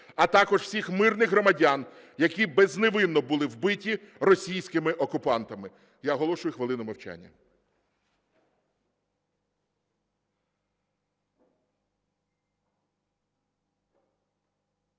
а також всіх мирних громадян, які безневинно були вбиті російськими окупантами. Я оголошую хвилину мовчання.